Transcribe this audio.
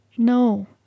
No